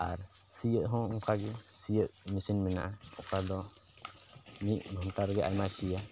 ᱟᱨ ᱥᱤᱭᱳᱜ ᱦᱚᱸ ᱚᱱᱠᱟᱜᱮ ᱥᱤᱭᱳᱜ ᱢᱮᱥᱤᱱ ᱢᱮᱱᱟᱜᱼᱟ ᱚᱠᱟ ᱫᱚ ᱢᱤᱫ ᱜᱷᱚᱴᱟ ᱨᱮᱜᱮ ᱟᱭᱢᱟᱭ ᱥᱤᱭᱟ